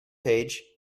page